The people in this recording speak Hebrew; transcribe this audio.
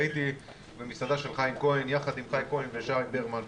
הייתי במסעדה של חיים כהן יחד עם חיים כהן ושי ברמן,